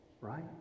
right